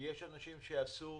כי יש אנשים שעשו